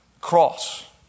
cross